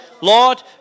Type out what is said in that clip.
Lord